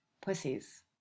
pussies